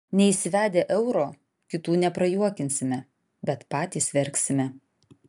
neįsivedę euro kitų neprajuokinsime bet patys verksime